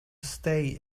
stay